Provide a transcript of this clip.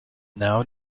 now